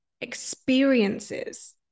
experiences